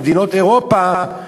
ממדינות אירופה,